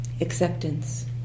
acceptance